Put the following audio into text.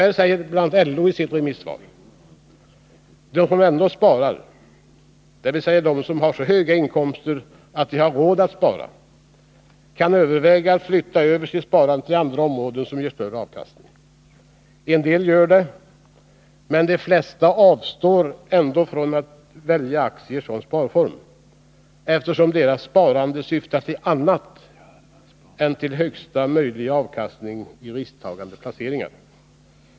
LO säger bl.a. i sitt remissvar: ”De som ändå sparar, dvs. de som har så höga inkomster att de har råd att spara kan överväga att flytta över sitt sparande till det område som ger störst avkastning. En del gör det, men de flesta avstår ändå från att välja aktier som sparform, eftersom deras sparande syftar till annat än till högsta möjliga avkastning i risktagande placeringar.